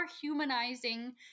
humanizing